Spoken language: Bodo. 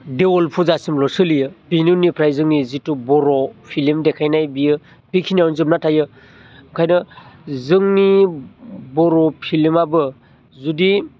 देवोल फुजासिमल' सोलियो बेनि उननिफ्राय जोंनि जिथु बर' फिलम देखायनाय बियो बेखिनियावनो जोबना थायो ओंखायनो जोंनि बर' फिलमाबो जुदि